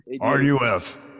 RUF